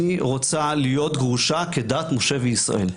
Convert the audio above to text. אני רוצה להיות גרושה כדת משה וישראל".